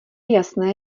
jasné